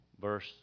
verse